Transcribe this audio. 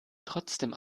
trotzdem